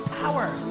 power